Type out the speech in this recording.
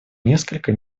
несколько